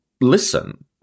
listen